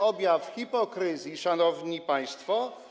objaw hipokryzji, szanowni państwo?